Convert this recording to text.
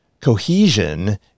cohesion